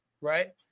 Right